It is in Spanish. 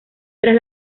tras